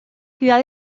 ciudad